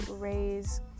raise